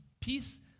Peace